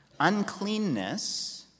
uncleanness